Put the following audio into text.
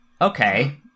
Okay